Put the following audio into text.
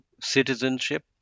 citizenship